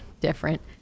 different